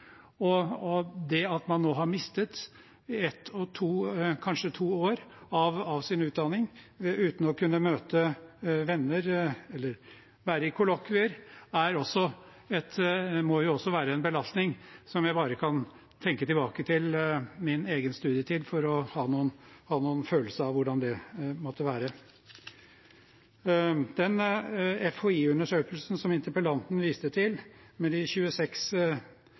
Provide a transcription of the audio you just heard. og det at man nå har mistet ett og kanskje to år av sin utdanning uten å kunne møte venner eller være i kollokvier, må også være en belastning. Jeg kan bare tenke tilbake til min egen studietid for å ha noen følelse av hvordan det måtte være. Den FHI-undersøkelsen som interpellanten viste til, med 26